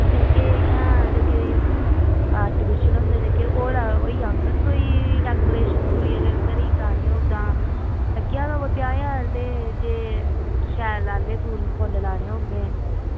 जेह्के इंया जेह्के आर्टीफीशियल होंदे जेह्के ओह् होई जाङन कोई फेशियल करानी होग तां लग्गी जाना कोई पंजाहं ज्हार ते शैल आह्ले फुल्ल लाने होंगे